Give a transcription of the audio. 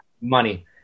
money